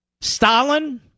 Stalin